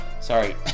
sorry